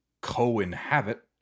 co-inhabit